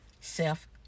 self